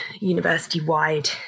university-wide